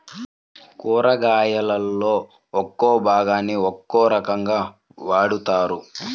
కూరగాయలలో ఒక్కో భాగాన్ని ఒక్కో రకంగా వాడతారు